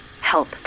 Help